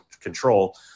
control